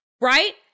right